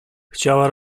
chciała